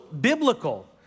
biblical